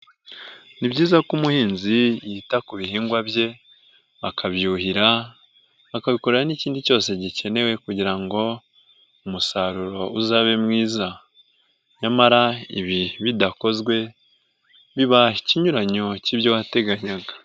Ni byiza ko umuhinzi yita ku bihingwa bye akabyuhira, akabikorera n'ikindi cyose gikenewe kugira ngo umusaruro uzabe mwiza; nyamara ibi bidakozwe biba ikinyuranyo cy'ibyo wateganyaga.